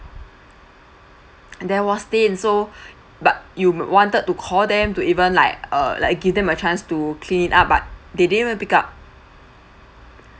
there was stain so but you wanted to call them to even like uh like give them a chance to clean it up but they didn't even pick up